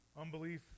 unbelief